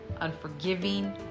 unforgiving